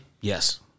Yes